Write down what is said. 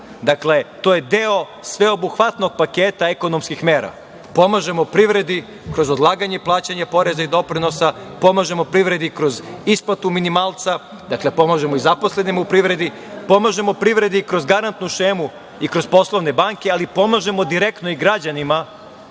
Dakle, to je deo sveobuhvatnog paketa ekonomskih mera. Pomažemo privredi kroz odlaganje plaćanja poreza i doprinosa. Pomažemo privredi kroz isplatu minimalca. Dakle, pomažemo i zaposlenima u privredi. Pomažemo privredi kroz garantnu šemu i kroz poslovne banke, ali pomažemo direktno i građanima